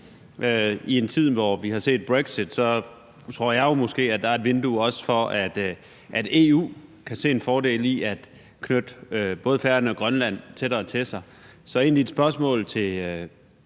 I en tid, hvor vi har set Brexit, tror jeg måske, der også er et vindue for, at EU kan se en fordel i at knytte både Færøerne og Grønland tættere til sig. Så spørgsmålet til